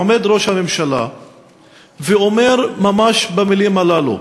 עומד ראש הממשלה ואומר ממש במילים האלה: